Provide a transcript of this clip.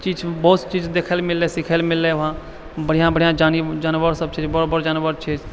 बहुत चीज देखैलए सिखैलए मिललै वहाँ बढ़िआँ बढ़िआँ जानवर सब छै बड़ बड़ जानवर छै